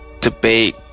debate